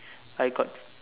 I got